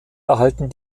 erhalten